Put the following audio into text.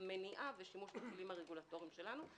מניעה ושימוש בכלים הרגולטוריים שלנו.